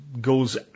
goes